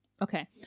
Okay